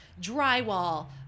drywall